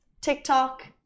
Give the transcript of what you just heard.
TikTok